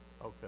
okay